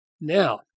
Now